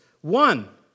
One